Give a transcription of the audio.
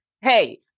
Hey